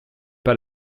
pas